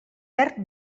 perdi